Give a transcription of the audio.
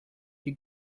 she